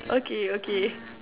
okay okay